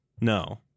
No